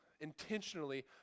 intentionally